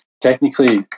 technically